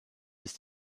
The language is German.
ist